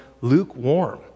lukewarm